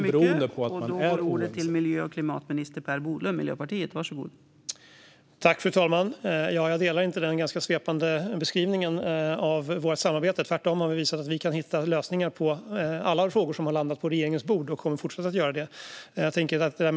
Fru talman! Jag delar inte den ganska svepande beskrivningen av vårt samarbete. Tvärtom har vi visat att vi kan hitta lösningar på alla frågor som har landat på regeringens bord, och vi kommer att fortsätta att göra det.